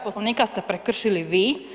Poslovnika ste prekršili vi.